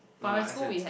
no lah as in